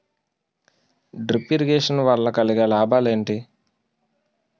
Drip irrigation వల్ల కలిగే లాభాలు ఏంటి?